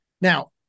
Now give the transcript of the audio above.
Now